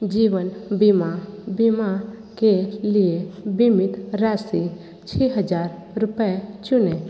जीवन बीमा बीमा के लिए बीमित राशि छः हज़ार रुपये चुनें